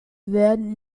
werden